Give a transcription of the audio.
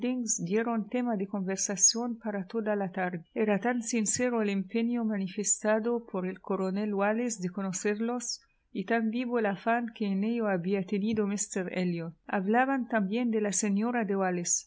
tema de conversación para toda la tarde era tan sincero el empeño manifestado por el coronel wallis de conocerlos y tan vivo el afán que en ello había tenido míster elliot hablaban también de la señora